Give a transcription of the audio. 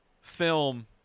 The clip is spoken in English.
film